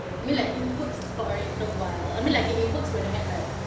I mean like it works for a little while I mean like it works like when I had